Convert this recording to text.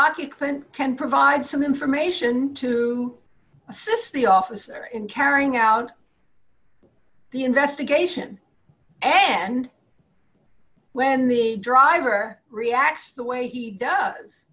occupant can provide some information to assist the officer in carrying out the investigation and when the driver reacts the way he does